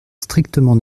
strictement